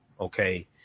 okay